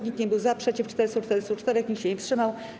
Nikt nie był za, przeciw - 444, nikt się nie wstrzymał.